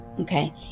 okay